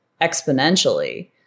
exponentially